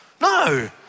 No